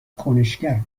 کنشگر